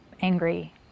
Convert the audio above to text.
angry